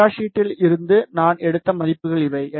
data ஷீட்டில் இருந்து நான் எடுத்த மதிப்புகள் இவை